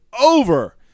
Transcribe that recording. over